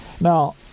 Now